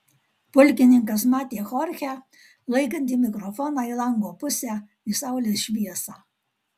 pulkininkas matė chorchę laikantį mikrofoną į lango pusę į saulės šviesą